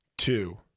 Two